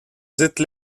dites